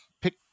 pick